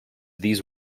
these